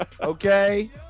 Okay